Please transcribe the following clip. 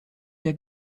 der